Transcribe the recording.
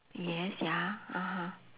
yes ya (uh huh)